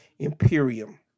Imperium